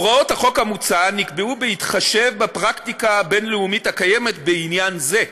הוראות החוק המוצע נקבעו בהתחשב בפרקטיקה הבין-לאומית הקיימת בעניין זה,